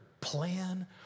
plan